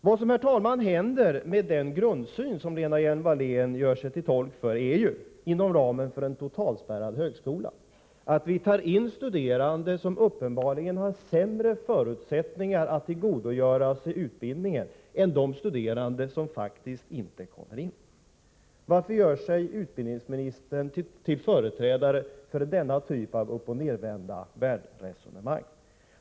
Vad som, herr talman, händer, med den grundsyn som Lena Hjelm Wallén gör sig till talesman för, är ju att vi inom ramen för en totalspärrad högskola tar in studerande som uppenbarligen har sämre förutsättningar att tillgodogöra sig utbildningen än de studerande som faktiskt inte kommer in. Varför gör sig utbildningsministern till företrädare för denna typ av uppochnervända världen-resonemang?